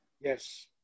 Yes